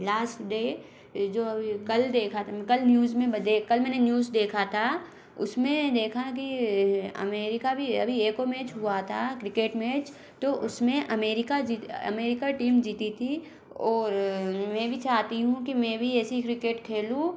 last day जो अभी कल देखा था मैंने कल न्यूज़ में दे कल मैंने न्यूज़ देखा था उस में देखा कि अमेरिका भी अभी एक और मैच हुआ था क्रिकेट मैच तो उस में अमेरिका जी अमेरिका टीम जीती थी और मैं भी चहती हूँ कि मैं भी ऐसी क्रिकेट खेलूँ